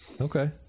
Okay